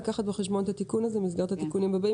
לקחת בחשבון במסגרת התיקונים הבאים.